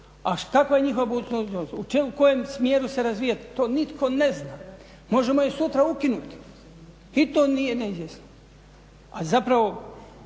A kakva je njihova budućnost, u kojem smjeru se razvija to nitko ne zna. Možemo i sutra ukinuti i to nije ne izvjesno. A zapravo